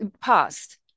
past